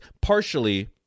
partially